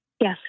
Yes